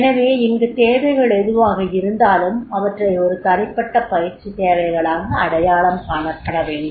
எனவே இங்கு தேவைகள் எதுவாக இருந்தாலும் அவற்றை ஒரு தனிப்பட்ட பயிற்சித் தேவைகளாக அடையாளம் காணப்பட வேண்டும்